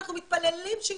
אנחנו מתפללים שיעלו,